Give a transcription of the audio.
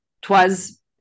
Twas